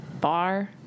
bar